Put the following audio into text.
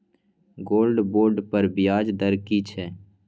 Gold bond पर ब्याज दर की छै?